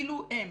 אילו הם,